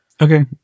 okay